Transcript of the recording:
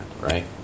Right